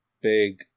big